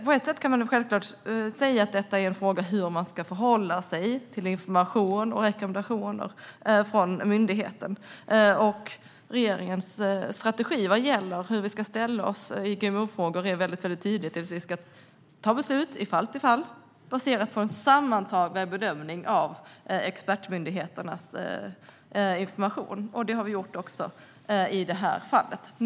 På ett sätt är det en fråga om hur man ska förhålla sig till information och rekommendationer från myndigheter. Regeringens strategi för hur man ska ställa sig i GMO-frågor är att man ska fatta beslut i fall till fall baserat på en sammantagen bedömning av expertmyndigheternas information, och det har vi gjort också i det här fallet.